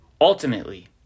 Ultimately